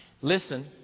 Listen